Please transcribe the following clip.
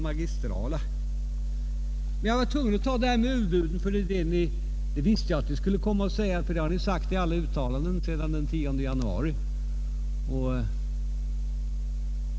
Men jag var tvungen att ta upp detta med överbuden, ty jag visste vad ni skulle komma att säga därvidlag — det har ni sagt i alla uttalanden sedan den 10 januari.